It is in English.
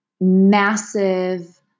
massive